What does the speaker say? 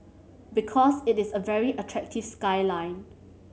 because it is a very attractive skyline